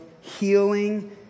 healing